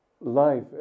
life